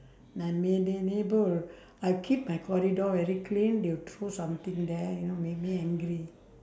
my neigh~ neigh~ neighbour I keep my corridor very clean they will throw something there you know make me angry